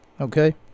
okay